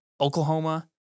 Oklahoma